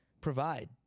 provide